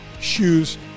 shoes